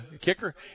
kicker